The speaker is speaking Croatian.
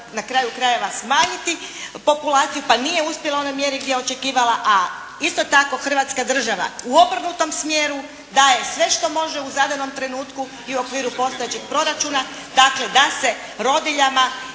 na kraju krajeva smanjiti populaciju pa nije uspjela u onoj mjeri gdje je očekivala, a isto tako Hrvatska država u obrnutom smjeru daje sve što može u zadanom trenutku i u okviru postojećeg proračuna, dakle da se rodiljama